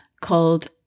called